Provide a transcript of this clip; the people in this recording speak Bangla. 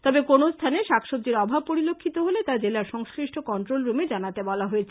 তবে কোনোস্থানে শাকসজির অভাব পরিলক্ষিত হলে তা জেলার সংশ্লিষ্ট কন্ট্রোল রুমে জানাতে বলা হয়েছে